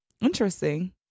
Interesting